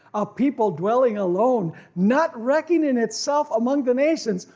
a people dwelling alone not reckoning itself among the nations.